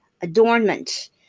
adornment